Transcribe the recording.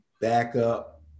backup